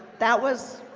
that was